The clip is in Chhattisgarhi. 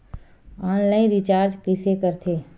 ऑनलाइन रिचार्ज कइसे करथे?